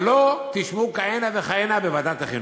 וָלא, תשמעו כהנה וכהנה בוועדת החינוך.